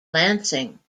lansing